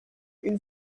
une